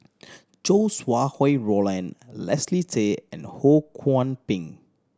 Chow Sau Hai Roland Leslie Tay and Ho Kwon Ping